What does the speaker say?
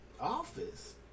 office